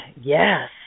Yes